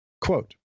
Quote